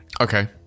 okay